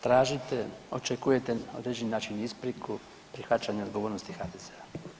Tražite, očekujete na određeni način ispriku prihvaćanja odgovornosti HDZ-a.